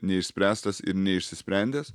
neišspręstas ir neišsisprendęs